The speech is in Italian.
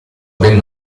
ben